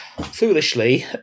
foolishly